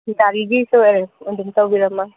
ꯒꯥꯔꯤꯒꯤꯗꯣ ꯑꯦꯔꯦꯟꯁ ꯑꯗꯨꯝ ꯇꯧꯕꯤꯔꯝꯃꯣ